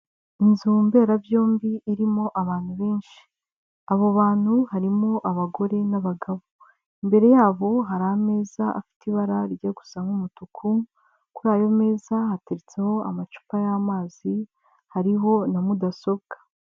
Inzu mberabyombi irimo abantu benshi abo bantu harimo abagore n'abagabo, imbere yabo hari ameza afite ibara rijya gusa nk'umutuku, kuri ayo meza hateretseho amacupa y'amazi hariho na mudasobwa.